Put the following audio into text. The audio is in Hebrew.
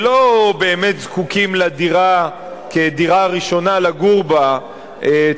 שלא באמת זקוקים לדירה כדירה ראשונה לגור בה,